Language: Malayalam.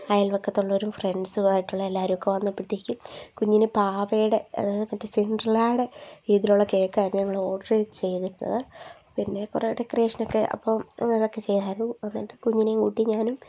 അയൽവക്കത്തുള്ളവരും ഫ്രണ്ട്സും ആയിട്ടുള്ള എല്ലാവരൊക്കെ വന്നപ്പോഴത്തേക്കും കുഞ്ഞിന് പാവയുടെ മറ്റേ സിൻഡ്രലയുടെ ഇതിലുള്ള കേക്കായിരുന്നു ഞങ്ങൾ ഓർഡർ ചെയ്തിരുന്നത് പിന്നെ കുറേ ഡെക്കറേഷനൊക്കെ അപ്പം അതൊക്കെ ചെയ്തായിരുന്നു എന്നിട്ട് കുഞ്ഞിനെയും കൂട്ടി ഞാനും